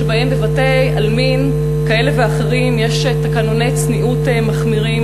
שבהם בבתי-עלמין כאלה ואחרים יש תקנוני צניעות מחמירים